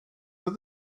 that